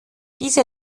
diese